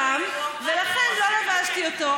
כדי שלא נצטרך להקפיא את האולמות ולבזבז כל כך הרבה אנרגיה.